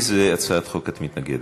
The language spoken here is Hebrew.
לאיזו הצעת חוק את מתנגדת,